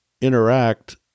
interact